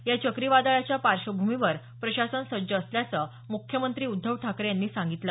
या चक्रीवादळाच्या पार्श्वभूमीवर प्रशासन सज्ज असल्याचं मुख्यमंत्री उद्धव ठाकरे यांनी सांगितलं